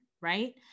Right